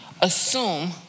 assume